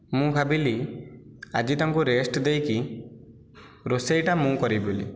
ମୁଁ ଭାବିଲି ଆଜି ତାଙ୍କୁ ରେଷ୍ଟ ଦେଇକି ରୋଷେଇଟା ମୁଁ କରିବି ବୋଲି